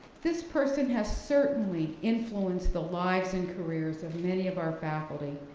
this person has certainly influenced the lives and careers of many of our faculty